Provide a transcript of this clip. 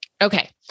Okay